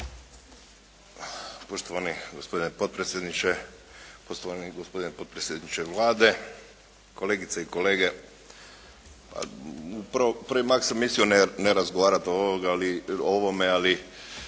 Poštovani gospodine potpredsjedniče, poštovani gospodine potpredsjedniče Vlade, kolegice i kolege. Pa u prvi mah sam mislio ne razgovarati o ovome, ali